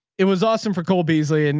it was awesome for cole beasley. and